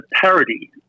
parody